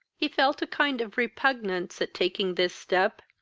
he felt a kind of repugnance at taking this step,